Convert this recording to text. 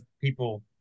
people